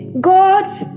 God